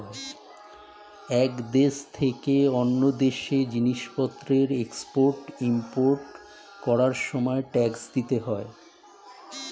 এক দেশ থেকে অন্য দেশে জিনিসপত্রের এক্সপোর্ট ইমপোর্ট করার সময় ট্যাক্স দিতে হয়